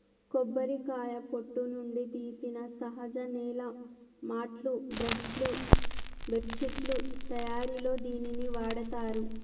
కొబ్బరికాయ పొట్టు నుండి తీసిన సహజ నేల మాట్లు, బ్రష్ లు, బెడ్శిట్లు తయారిలో దీనిని వాడతారు